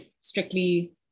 strictly